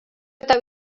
eta